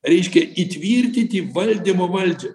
reiškia įtvirtinti valdymo valdžią